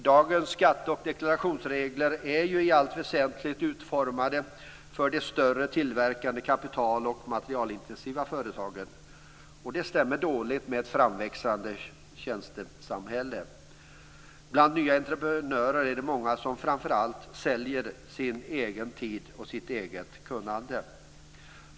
Dagens skatte och deklarationsregler är i allt väsentligt utformade för de större tillverkande kapitaloch materialintensiva företagen. Det stämmer dåligt med ett framväxande tjänstesamhälle. Bland nya entreprenörer är det många som framför allt säljer sin egen tid och sitt eget kunnande.